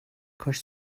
کاش